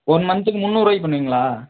one மன்த்க்கு முந்நூறுருபாய்க்கி பண்ணுவீங்களா